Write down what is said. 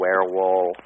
Werewolf